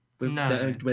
No